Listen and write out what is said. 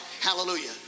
hallelujah